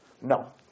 No